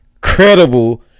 credible